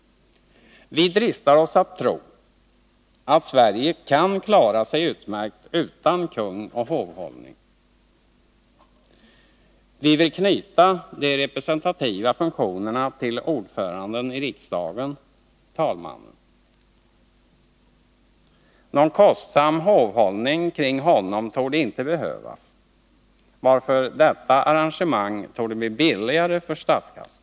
Vi dristar oss att tro att Sverige kan klara sig utmärkt utan kung och hovhållning. Vi vill knyta de representativa funktionerna till ordföranden i Nr 29 riksdagen, talmannen. Någon kostsam hovhållning kring honom torde inte Onsdagen den behövas, varför detta arrangemang torde bli billigare för statskassan.